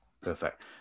perfect